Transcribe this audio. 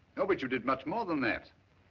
no, but you did much more than that.